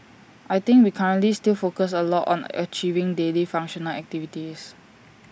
I think we currently still focus A lot on achieving daily functional activities